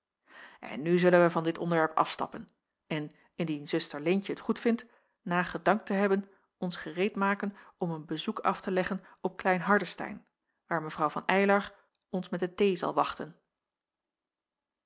en nu zullen wij van dit onderwerp afstappen en indien zuster leentje t goedvindt na gedankt te hebben ons gereedmaken om een bezoek af te leggen op klein hardestein waar mevrouw van eylar ons met de thee zal wachten